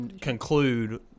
conclude